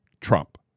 Trump